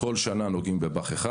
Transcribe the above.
שכל שנה נוגעים בבא"ח אחד.